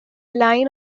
line